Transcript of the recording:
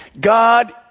God